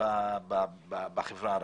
בחברה הערבית.